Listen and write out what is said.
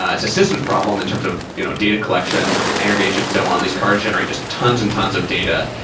it's a systems problem in terms of you know data collection, aggregation, so on. these cars generate just tons and tons of data.